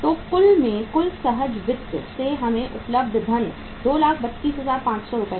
तो कुल में कुल सहज वित्त से हमें उपलब्ध धन 232500 रु था